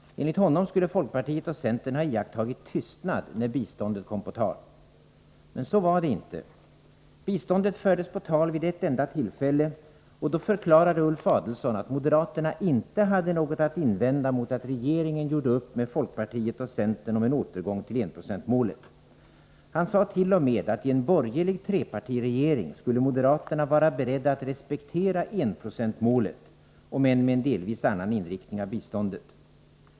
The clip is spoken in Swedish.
Enligt honom skulle folkpartiet och centerpartiet ha iakttagit tystnad när biståndet kom på tal. Det stämmer inte. Biståndet fördes på tal vid ett enda tillfälle. Då förklarade Ulf Adelsohn att moderaterna inte hade något att invända mot att regeringen gjorde upp med folkpartiet och centerpartiet om en återgång till enprocentsmålet. Han sade t.o.m. att moderaterna i en borgerlig trepartiregering skulle vara beredda att respektera enprocentsmålet — om än med en delvis annan inriktning av biståndet.